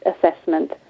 assessment